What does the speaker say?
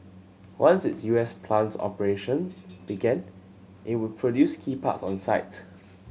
once its U S plant's operation began it would produce key parts on site